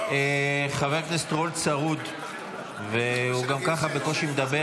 חבר הכנסת רול צרוד וגם ככה הוא בקושי מדבר.